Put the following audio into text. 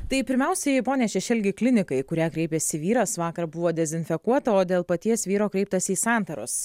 tai pirmiausiai pone šešelgi klinika į kurią kreipėsi vyras vakar buvo dezinfekuota o dėl paties vyro kreiptasi į santaros